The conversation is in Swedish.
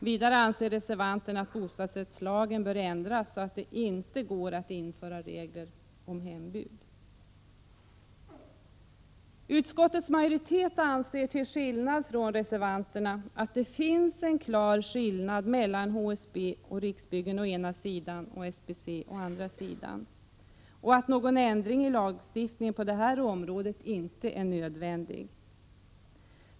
Vidare anser reservanterna att bostadsrättslagen bör ändras så att det inte går att införa regler om hembud. Utskottets majoritet anser, till skillnad från reservanterna, att det finns en klar skillnad mellan HSB och Riksbyggen å ena sidan och SBC å andra sidan och att någon ändring i lagstiftningen på detta område inte är nödvändig.